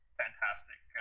fantastic